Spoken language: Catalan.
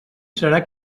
serà